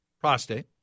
prostate